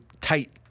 tight